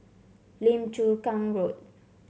Lim Chu Kang Road